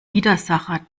widersacher